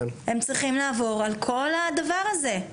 הם צריכים לעבור על כל הדבר הזה.